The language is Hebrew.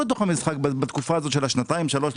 לתוך המשחק בתקופה הזאת של השנתיים-שלוש.